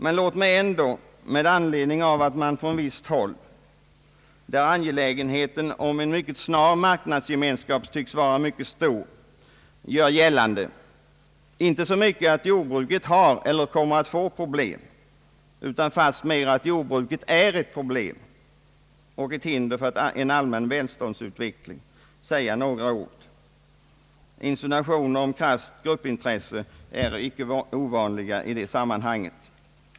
Men låt mig ändå säga några ord med anledning av att man från visst håll, där angelägenheten av en snar marknadsgemenskap tycks vara särskilt stor, gör gällande inte så mycket att jordbruket har eller kommer att få problem utan fastmer att jordbruket är ett problem och ett hinder för en allmän välståndsutveckling. Insinuationer om krasst gruppintresse är inte ovanliga i sammanhanget.